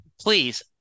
please